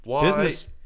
Business